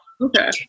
Okay